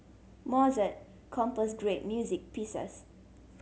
Mozart composed great music pieces